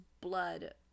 blood